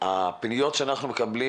הפניות שאנחנו מקבלים